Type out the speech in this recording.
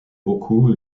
beaucoup